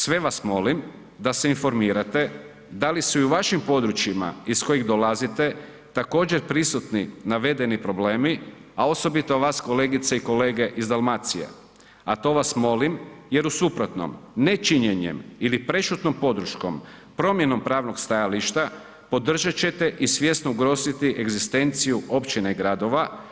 Sve vas molim da se informirate da li su i u vašim područjima iz kojih dolazite također prisutni navedeni problemi, a osobito vas kolegice i kolege iz Dalmacije, a to vas molim jer u suprotnom nečinjenjem ili prešutnom podrškom promjenom pravnog stajališta podržat ćete i svjesno ugroziti egzistenciju općina i gradova.